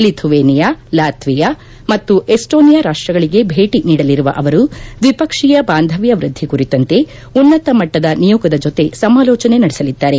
Lithuania Latvia ಮತ್ತು Estonia ರಾಷ್ಷಗಳಿಗೆ ಭೇಟಿ ನೀಡಲಿರುವ ಅವರು ದ್ವಿಪಕ್ಷೀಯ ಬಾಂಧವ್ಯ ವೃದ್ದಿ ಕುರಿತಂತೆ ಉನ್ನತ ಮಟ್ಲದ ನಿಯೋಗದ ಜೊತೆ ಸಮಾಲೋಚನೆ ನಡೆಸಲಿದ್ದಾರೆ